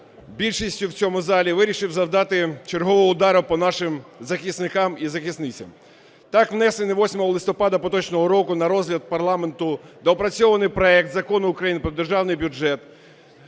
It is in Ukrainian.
більшістю в цьому залі вирішив завдати чергового удару по нашим захисникам і захисницям. Так, внесений 8 листопада поточного року на розгляд парламенту доопрацьований проект Закону України про Державний бюджет